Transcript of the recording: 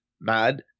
mad